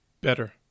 better